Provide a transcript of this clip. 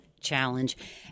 challenge